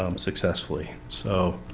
um successfully. so